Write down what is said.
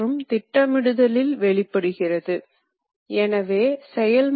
இதுவே திருப்புதல் வேலையின் விளைவாகும்